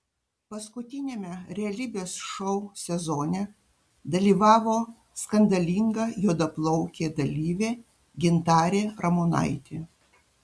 paskutiniame realybės šou sezone dalyvavo skandalinga juodaplaukė dalyvė gintarė ramonaitė